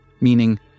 Meaning